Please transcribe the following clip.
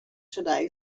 today